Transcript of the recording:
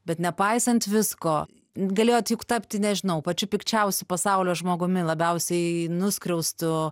bet nepaisant visko galėjot juk tapti nežinau pačiu pikčiausiu pasaulio žmogumi labiausiai nuskriaustu